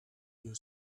you